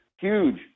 huge